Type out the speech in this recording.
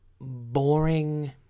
boring